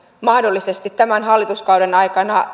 mahdollisesti tämän hallituskauden aikana